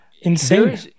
insane